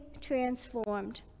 transformed